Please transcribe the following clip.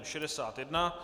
61.